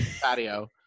patio